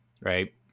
right